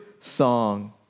song